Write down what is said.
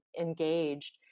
engaged